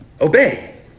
obey